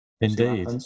indeed